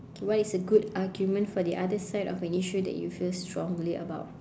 what is a good argument for the other side of an issue that you feel strongly about